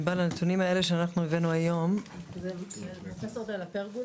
הנתונים שהבאנו היום הם של פרופ' דלה פרגולה.